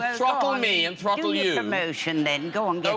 ah drop on me and probably ah emotion then gone and